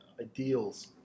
Ideals